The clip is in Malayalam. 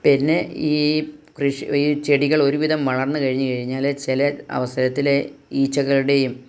പിന്നെ ഈ കൃഷി ചെടികൾ ഒരുവിധം വളർന്നു കഴിഞ്ഞു കഴിഞ്ഞാൽ ഈ ചില അവസരത്തിലെ ഈച്ചകളുടെയും